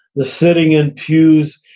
the sitting in pews.